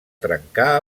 trencar